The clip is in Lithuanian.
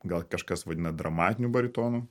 gal kažkas vadina dramatiniu baritonu